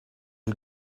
you